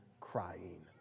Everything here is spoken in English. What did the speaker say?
crying